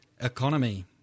economy